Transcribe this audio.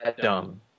dumb